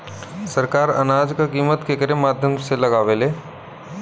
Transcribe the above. सरकार अनाज क कीमत केकरे माध्यम से लगावे ले?